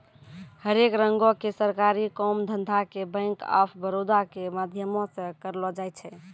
हरेक रंगो के सरकारी काम धंधा के बैंक आफ बड़ौदा के माध्यमो से करलो जाय छै